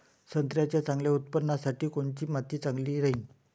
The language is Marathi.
संत्र्याच्या चांगल्या उत्पन्नासाठी कोनची माती चांगली राहिनं?